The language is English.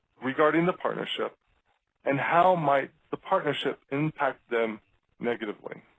regarding the partnership and how might the partnership impact them negatively.